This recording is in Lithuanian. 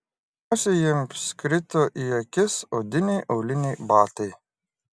pirmiausia jiems krito į akis odiniai auliniai batai